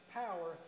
power